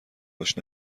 باش